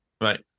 Right